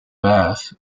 bath